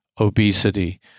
obesity